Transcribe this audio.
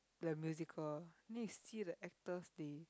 like musical ah then you see the actors they